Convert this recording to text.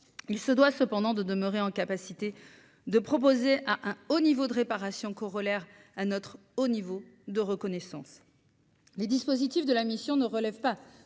il se doit cependant de demeurer en capacité de proposer à un haut niveau de réparation corollaire à notre au niveau de reconnaissance. Les dispositifs de la ami. Si on ne relève pas